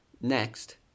Next